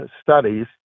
studies